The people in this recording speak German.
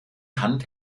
hand